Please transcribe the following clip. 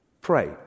Pray